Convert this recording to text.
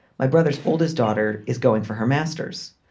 my brother's oldest daughter is going for her master's.